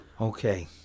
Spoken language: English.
Okay